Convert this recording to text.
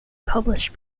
published